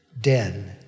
den